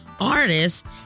artists